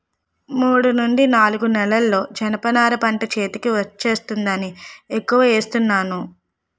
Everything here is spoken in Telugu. మూడు నుండి నాలుగు నెలల్లో జనప నార పంట చేతికి వచ్చేస్తుందని ఎక్కువ ఏస్తున్నాను